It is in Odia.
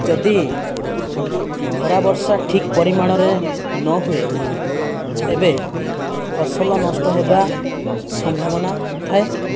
ଯଦି ଖରା ବର୍ଷା ଠିକ ପରିମାଣରେ ନ ହୁଏ ତେବେ ଫସଲ ନଷ୍ଟ ହେବା ସମ୍ଭାବନା ଥାଏ